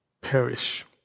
perish